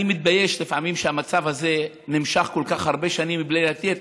אני מתבייש לפעמים שהמצב הזה נמשך כל כך הרבה שנים בלי לתת